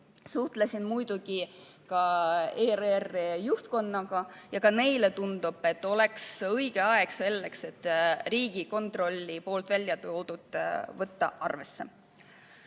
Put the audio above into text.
Suhtlesin muidugi ka ERR‑i juhtkonnaga ja neile tundub, et oleks õige aeg selleks, et Riigikontrolli väljatoodut arvesse